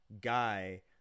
guy